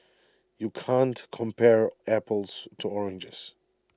you can't compare apples to oranges